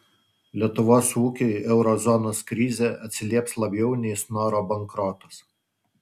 lietuvos ūkiui euro zonos krizė atsilieps labiau nei snoro bankrotas